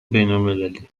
بینالمللی